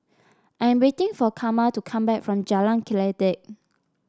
I am waiting for Karma to come back from Jalan Kledek